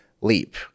leap